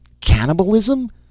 cannibalism